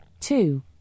two